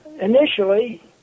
initially